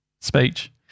speech